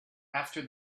after